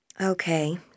Okay